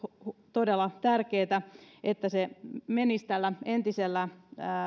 todella tärkeätä että tämän mallin jatko menisi tällä entisellä